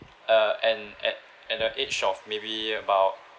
uh and at at the age of maybe about